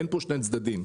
אין פה שני צדדים.